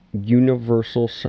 universal